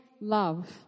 love